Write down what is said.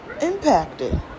impacted